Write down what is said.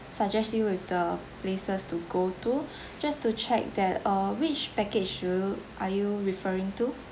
suggest you with the places to go to just to check that uh which package you are you referring to